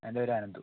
എൻ്റെ പേര് അനന്തു